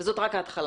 וזאת רק ההתחלה.